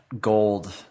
gold